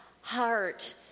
heart